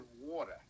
water